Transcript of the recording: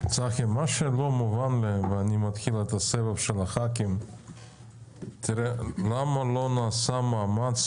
צחי, מה שלא מובן לי זה למה לא נעשה מאמץ